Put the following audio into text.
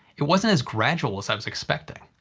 it wasn't as gradual as i was expecting.